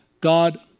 God